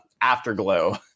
afterglow